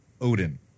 Odin